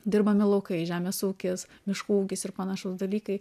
dirbami laukai žemės ūkis miškų ūkis ir panašūs dalykai